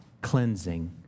cleansing